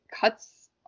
cuts